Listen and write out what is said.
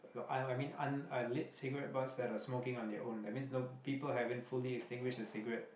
the I I mean un~ lit cigarette butts that are smoking on your own that means no people haven't fully extinguish their cigarette